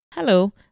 Hello